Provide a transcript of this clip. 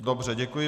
Dobře, děkuji.